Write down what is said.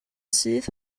syth